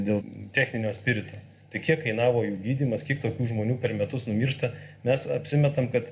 dėl techninio spirito tai kiek kainavo jų gydymas kiek tokių žmonių per metus numiršta mes apsimetam kad